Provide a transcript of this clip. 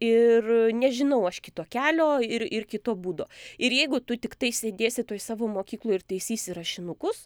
ir nežinau aš kito kelio ir ir kito būdo ir jeigu tu tiktai sėdėsi toj savo mokykloj ir taisysi rašinukus